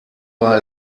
war